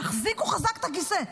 תחזיקו חזק את הכיסא,